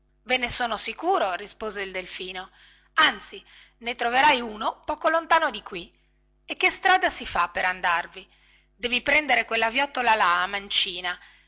ve ne sono sicuro rispose il delfino anzi ne troverai uno poco lontano di qui e che strada si fa per andarvi devi prendere quella viottola là a mancina